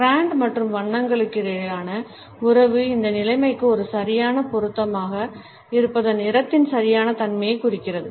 brand மற்றும் வண்ணங்களுக்கிடையிலான உறவு இந்த நிலைமைக்கு ஒரு சரியான பொருத்தமாக இருப்பதன் நிறத்தின் சரியான தன்மையைக் குறிக்கிறது